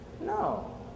No